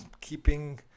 keeping